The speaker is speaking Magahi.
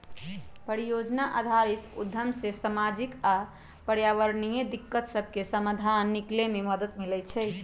परिजोजना आधारित उद्यम से सामाजिक आऽ पर्यावरणीय दिक्कत सभके समाधान निकले में मदद मिलइ छइ